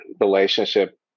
relationship